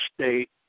State